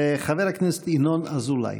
חבר הכנסת ינון אזולאי.